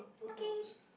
okay